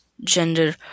gender